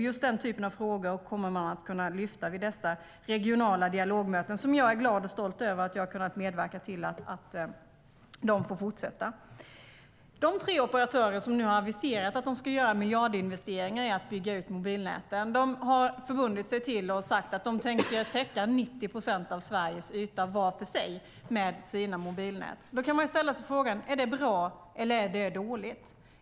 Just den typen av frågor kommer man att kunna lyfta upp vid dessa regionala dialogmöten, och jag är glad och stolt över att jag har kunnat medverka till att de får fortsätta. De tre operatörer som nu har aviserat att de ska göra miljardinvesteringar i utbyggnaden av mobilnäten har förbundit sig till och sagt att de tänker täcka 90 procent av Sveriges yta, var för sig, med sina mobilnät. Då kan man fråga sig om det är bra eller dåligt.